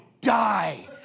die